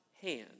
hand